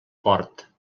port